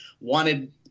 wanted